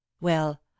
Well